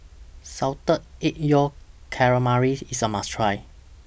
Salted Egg Yolk Calamari IS A must Try